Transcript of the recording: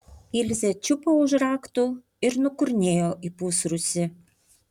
ilzė čiupo už raktų ir nukurnėjo į pusrūsį